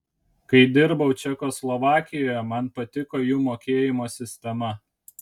kai dirbau čekoslovakijoje man patiko jų mokėjimo sistema